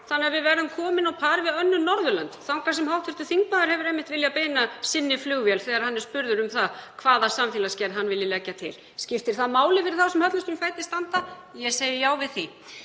þannig að við verðum komin á par við önnur Norðurlönd þangað sem hv. þingmaður hefur einmitt viljað beina sinni flugvél þegar hann er spurður um það hvaða samfélagsgerð hann vilji leggja til. Skiptir það máli fyrir þá sem höllustum fæti standa? Ég segi já við því.